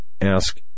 ask